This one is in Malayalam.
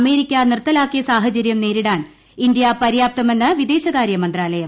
അമേരിക്ക നിർത്തലാക്കിയ സാഹചരൃം നേരിടാൻ ഇന്തൃ പര്യാപ്തമെന്ന് വിദേശകാരൃമന്ത്രാലയം